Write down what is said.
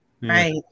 Right